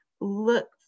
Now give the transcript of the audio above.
look